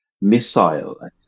missile